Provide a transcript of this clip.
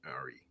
ari